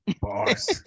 Boss